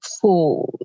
food